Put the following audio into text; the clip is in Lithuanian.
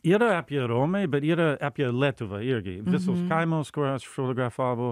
yra apie romai bet yra apie lietuvą irgi visus kaimos kurias fotografavo